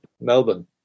Melbourne